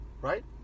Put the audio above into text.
right